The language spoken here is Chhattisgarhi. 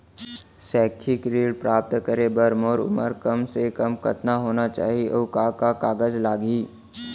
शैक्षिक ऋण प्राप्त करे बर मोर उमर कम से कम कतका होना चाहि, अऊ का का कागज लागही?